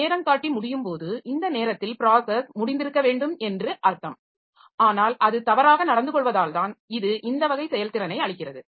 நேரங்காட்டி முடியும்போது இந்த நேரத்தில் ப்ராஸஸ் முடிந்திருக்க வேண்டும் என்று அர்த்தம் ஆனால் அது தவறாக நடந்து கொள்வதால்தான் இது இந்த வகை செயல்திறனை அளிக்கிறது